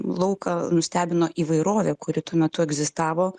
lauką nustebino įvairovė kuri tuo metu egzistavo